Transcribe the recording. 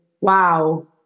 Wow